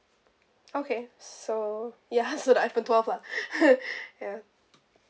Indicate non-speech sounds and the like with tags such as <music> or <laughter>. okay so ya so the iphone twelve lah <laughs> ya